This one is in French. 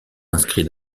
inscrit